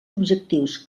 objectius